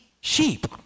sheep